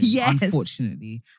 unfortunately